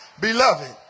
beloved